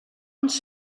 ens